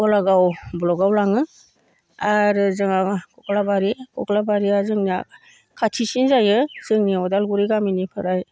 गलागाव ब्लकआव लाङो आरो जोंहा कक्लाबारि कक्लाबारिया जोंनिया खाथिसिन जायो जोंनि अदालगुरि गामिनिफ्राय